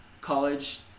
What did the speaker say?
college